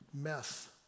mess